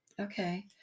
Okay